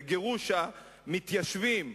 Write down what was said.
בגירוש המתיישבים,